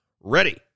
ready